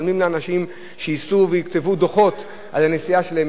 משלמים לאנשים שייסעו ויכתבו דוחות על הנסיעה שלהם.